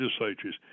legislatures